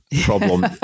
problem